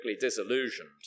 disillusioned